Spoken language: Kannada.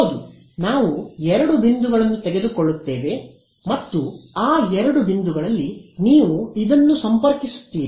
ಹೌದು ನಾವು ಎರಡು ಬಿಂದುಗಳನ್ನು ತೆಗೆದುಕೊಳ್ಳುತ್ತೇವೆ ಮತ್ತು ಆ ಎರಡು ಬಿಂದುಗಳಲ್ಲಿ ನೀವು ಇದನ್ನು ಸಂಪರ್ಕಿಸುತ್ತೀರಿ